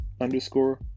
underscore